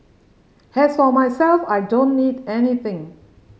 has for myself I don't need anything